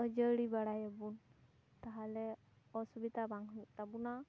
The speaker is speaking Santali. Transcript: ᱟᱹᱡᱟᱹᱲᱤ ᱵᱟᱲᱟᱭᱟᱵᱚᱱ ᱛᱟᱦᱚᱞᱮ ᱚᱥᱩᱵᱤᱫᱟ ᱵᱟᱝ ᱦᱩᱭᱩᱜ ᱛᱟᱵᱚᱱᱟ